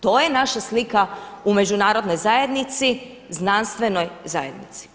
To je naša slika u međunarodnoj zajednici, znanstvenoj zajednici.